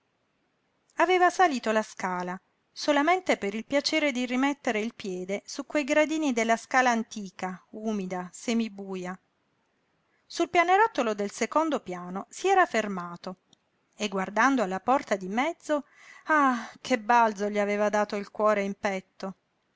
aveva salito la scala solamente per il piacere di rimettere il piede su quei gradini della scala antica umida semibuja sul pianerottolo del secondo piano si era fermato e guardando alla porta di mezzo ah che balzo gli aveva dato il cuore in petto